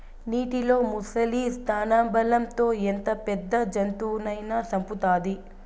నీటిలో ముసలి స్థానబలం తో ఎంత పెద్ద జంతువునైనా సంపుతాది